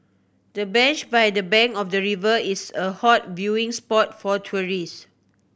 the bench by the bank of the river is a hot viewing spot for tourists